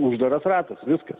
uždaras ratas viskas